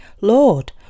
Lord